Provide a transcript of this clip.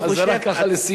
אז זה רק ככה לסיום.